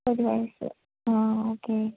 ഒരു വയസ് ആ ഓക്കേ